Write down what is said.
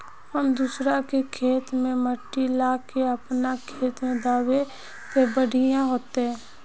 हम दूसरा के खेत से माटी ला के अपन खेत में दबे ते बढ़िया होते?